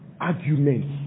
arguments